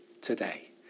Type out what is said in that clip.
today